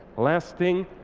last thing,